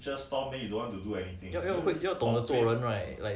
ya lor ya lor